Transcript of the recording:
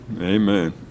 amen